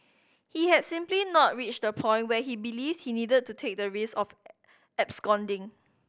he had simply not reached the point where he believed he needed to take the risk of absconding